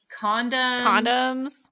condoms